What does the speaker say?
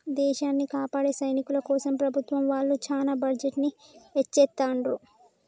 దేశాన్ని కాపాడే సైనికుల కోసం ప్రభుత్వం వాళ్ళు చానా బడ్జెట్ ని ఎచ్చిత్తండ్రు